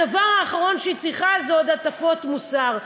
הדבר האחרון שהיא צריכה זה עוד הטפות מוסר.